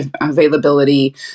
availability